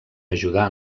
ajudar